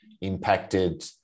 impacted